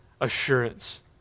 assurance